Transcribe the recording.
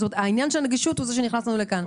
העניין של הנגישות הוא זה שנכנס לנו לכאן.